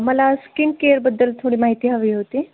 मला स्किनकेअरबद्दल थोडी माहिती हवी होती